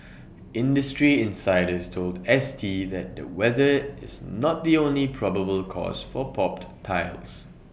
industry insiders told S T that the weather is not the only probable cause for popped tiles